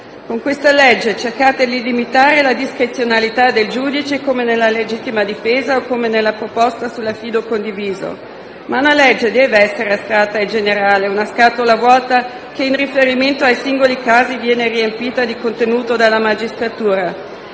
Con questa legge cercate di limitare la discrezionalità del giudice, come nella legittima difesa o nella proposta sull'affido condiviso. Una legge deve però essere astratta e generale, una scatola vuota che in riferimento ai singoli casi viene riempita di contenuto dalla magistratura.